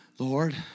Lord